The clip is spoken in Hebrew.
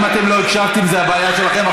אם אתם לא הקשבתם, זו הבעיה שלכם.